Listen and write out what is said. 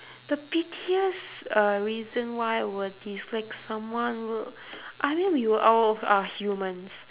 the pettiest uh reason why I would dislike someone will I mean we were all are humans